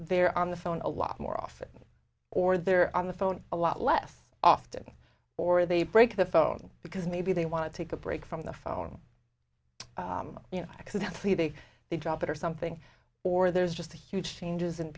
they're on the phone a lot more often or they're on the phone a lot less often or they break the phone because maybe they want to take a break from the phone or you know accidentally they they drop it or something or there's just a huge changes and